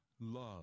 love